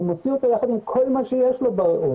הוא מוציא אותו יחד עם כל מה שיש לו בריאות.